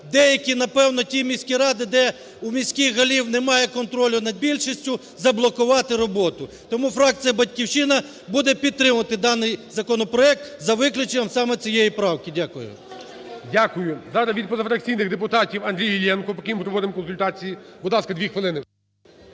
деякі, напевно, ті міські ради, де у міських голів немає контролю над більшістю, заблокувати роботу. Тому фракція "Батьківщина" буде підтримувати даний законопроект, за виключенням саме цієї правки. Дякую. ГОЛОВУЮЧИЙ. Дякую. Зараз від позафракційних депутатів Андрій Іллєнко, поки ми проводимо консультації, будь ласка, 2 хвилини.